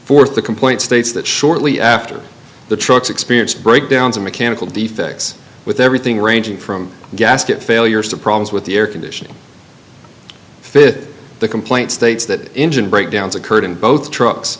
th the complaint states that shortly after the truck's experience breakdowns of mechanical defects with everything ranging from gasket failures to problems with the air conditioning fit the complaint states that engine breakdowns occurred in both trucks